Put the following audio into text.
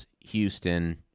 Houston